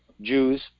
Jews